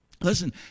Listen